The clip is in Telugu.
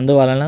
అందువలన